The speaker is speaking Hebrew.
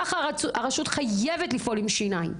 ככה הרשות חייבת לפעול עם שיניים,